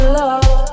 love